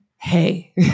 hey